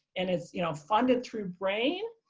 and it's, you know, funded through brain.